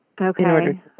Okay